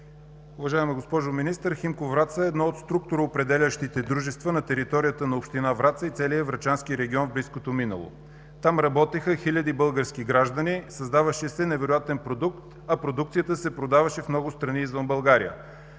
Уважаема госпожо Министър, „Химко” – Враца, е едно от структуроопределящите дружества на територията на община Враца и целия Врачански регион в близкото минало. Там работеха хиляди български граждани. Създаваше се невероятен продукт, а продукцията се продаваше в много страни извън България.